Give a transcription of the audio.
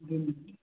जी